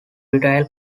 retail